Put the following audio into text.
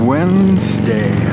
Wednesday